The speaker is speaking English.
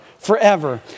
Forever